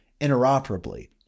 interoperably